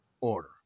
order